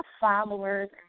followers